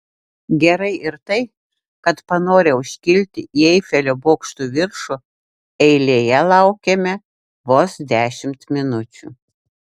gerai ir tai kad panorę užkilti į eifelio bokšto viršų eilėje laukėme vos dešimt minučių